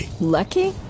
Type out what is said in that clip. Lucky